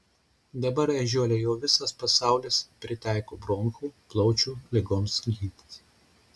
dabar ežiuolę jau visas pasaulis pritaiko bronchų plaučių ligoms gydyti